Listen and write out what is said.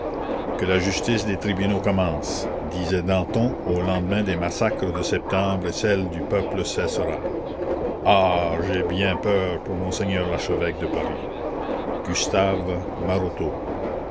que la justice des tribunaux commence disait danton au lendemain des massacres de septembre et celle du peuple cessera ah j'ai bien peur pour monseigneur l'archevêque de paris gustave